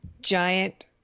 giant